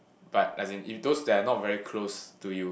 but as in if those that are not very close to you